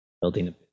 building